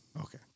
Okay